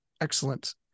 excellent